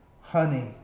honey